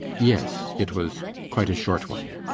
yes, it was quite a short one.